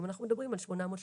היום אנחנו מדברים על 833,